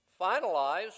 finalized